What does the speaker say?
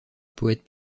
poète